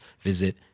visit